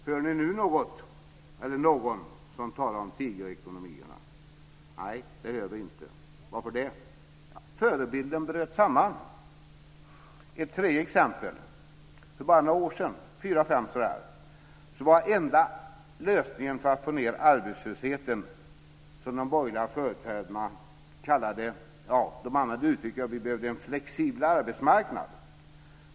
Hör ni nu någon som talar om tigerekonomierna? Nej, det hör vi inte. Varför? Förebilden bröt samman. Ett tredje exempel. För bara några år sedan, fyrafem, var den enda lösningen för att minska arbetslösheten det som de borgerliga företrädarna kallade en flexiblare arbetsmarknad.